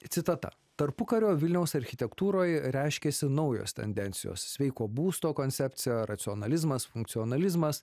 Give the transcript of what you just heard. citata tarpukario vilniaus architektūroj reiškėsi naujos tendencijos sveiko būsto koncepcija racionalizmas funkcionalizmas